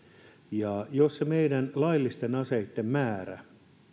ja jos meidän laillisten aseitten määrä